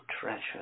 treasure